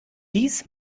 dies